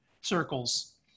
circles